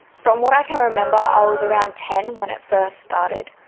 from what i can remember i was around ten when it first started,